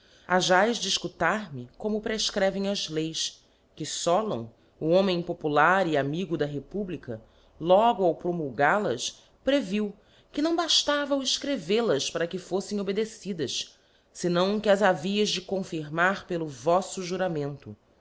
accufação hajaes de efcutar me como o prcfcrcvcm as leis que sólon o homem popular c amigo da republica logo ao promulgal as previu que não bailava o cfcrcvel as para que foffem obedecidas fenão que as havicis de confirmar pelo voíto juramento